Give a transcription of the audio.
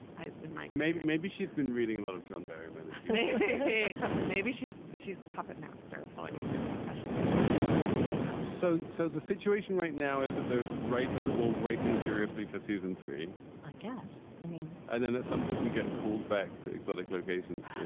i might. maybe. maybe she's been reading a little john berryman. maybe maybe she's the she's the puppet master pulling the succession strings in a way we don't know so. so the situation right now is that the writers are all writing furiously for season three i guess. i mean. and then at some point you get called back to exotic locations